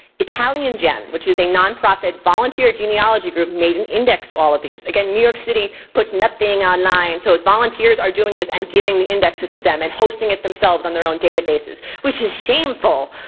italiangen, which is a non-profit volunteer genealogy group made an index to all of these. again, new york city puts nothing online. so volunteers are doing this and giving the indexes to them and hosting it themselves on their own databases. which is shameful.